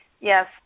Yes